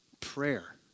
Prayer